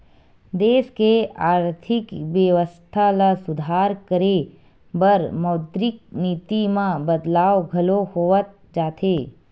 देस के आरथिक बेवस्था ल सुधार करे बर मौद्रिक नीति म बदलाव घलो होवत जाथे